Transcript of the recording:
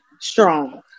strong